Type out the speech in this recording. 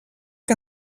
que